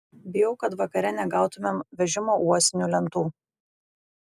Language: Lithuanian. bijau kad vakare negautumėm vežimo uosinių lentų